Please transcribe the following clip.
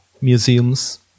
museums